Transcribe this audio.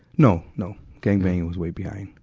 no no. gang-banging was way behind.